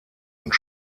und